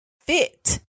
fit